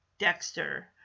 dexter